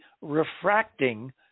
refracting